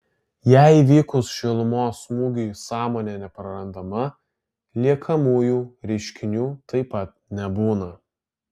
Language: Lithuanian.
jei įvykus šilumos smūgiui sąmonė neprarandama liekamųjų reiškinių taip pat nebūna